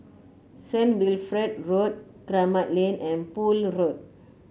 Saint Wilfred Road Kramat Lane and Poole Road